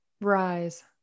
rise